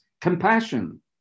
compassion